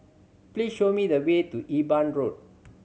please show me the way to Eben Road